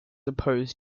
opposed